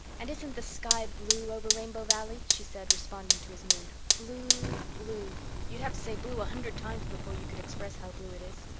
and isn't the sky blue over rainbow valley? she said, responding to his mood. blue blue you'd have to say blue a hundred times before you could express how blue it is.